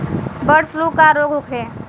Bird flu का रोग होखे?